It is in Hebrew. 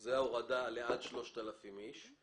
זה ההורדה לאירוע של עד 3,000 איש.